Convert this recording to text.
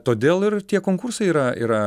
todėl ir tie konkursai yra yra